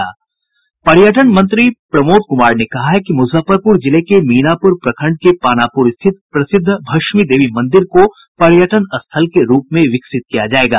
पर्यटन मंत्री प्रमोद कुमार ने कहा है कि मुजफ्फरपुर जिले के मीनापुर प्रखण्ड के पानापुर स्थित प्रसिद्ध भष्मी देवी मंदिर को पर्यटन स्थल के रूप में विकसित किया जायेगा